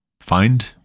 find